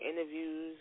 interviews